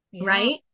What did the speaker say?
right